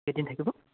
কেইদিন থাকিব